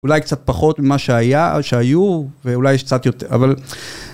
אולי קצת פחות ממה שהיו, ואולי יש קצת יותר, אבל...